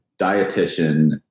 dietitian